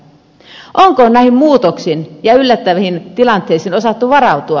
onko näihin muutoksiin ja yllättäviin tilanteisiin osattu varautua